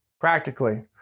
Practically